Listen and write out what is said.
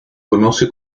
conoce